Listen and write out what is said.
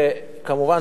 כמובן,